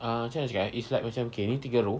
ah camne nak cakap eh it's like macam okay ni tiga room